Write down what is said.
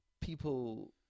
people